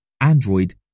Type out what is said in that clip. Android